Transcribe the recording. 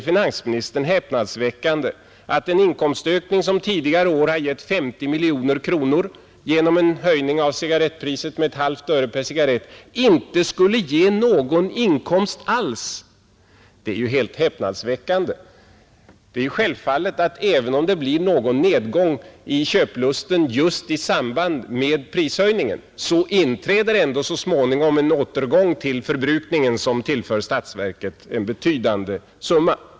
Finansministern säger nu om denna finansieringskälla, som tidigare år gett 50 miljoner kronor genom en höjning av cigarrettpriset med ett halvt öre per cigarett, att den inte skulle ge någon inkomst alls. Det är ju helt häpnadsväckande. Det är självklart, att även om det blir någon nedgång i köplusten just i samband med prishöjningen, inträder ändå så småningom en återgång av förbrukningen som tillför statsverket en betydande summa.